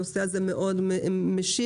הנושא הזה מאוד משיק.